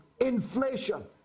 inflation